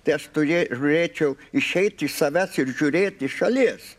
tai aš turė žiūrėčiau išeit iš savęs ir žiūrėt iš šalies